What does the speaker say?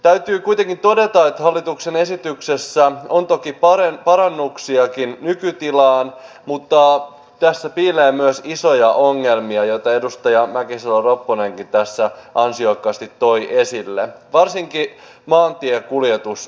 täytyy kuitenkin todeta että hallituksen esityksessä on toki parannuksiakin nykytilaan mutta tässä piilee myös isoja ongelmia joita edustaja mäkisalo ropponenkin ansiokkaasti toi esille varsinkin maantiekuljetusalalla